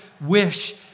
wish